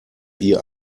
ihr